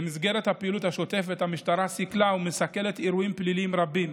במסגרת הפעילות השוטפת המשטרה סיכלה ומסכלת אירועים פליליים רבים,